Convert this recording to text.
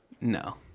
no